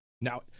Now